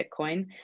Bitcoin